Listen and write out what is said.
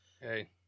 Hey